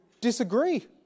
disagree